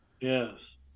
Yes